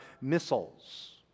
missiles